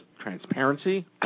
transparency